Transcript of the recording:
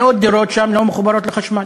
מאות דירות שם לא מחוברות לחשמל,